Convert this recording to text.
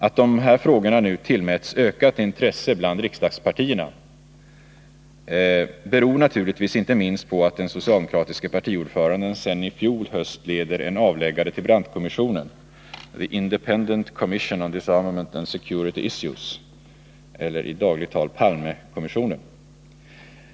Att de här frågorna nu tillmäts ökat intresse bland riksdagspartierna beror naturligtvis inte minst på att den socialdemokratiske partiordföranden sedan i fjol höst leder en avläggare till Brandtkommissionen, ”The Independent Commission on Disarmament and Security Issues”, eller i dagligt tal ”Palmekommissionen”.